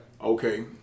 Okay